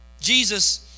Jesus